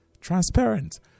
transparent